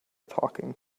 talking